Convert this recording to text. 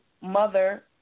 mother